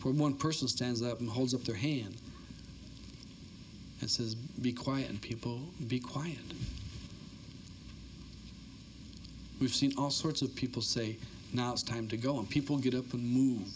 from one person stands up and holds up their hand and says be quiet and people be quiet we've seen all sorts of people say now it's time to go and people get up and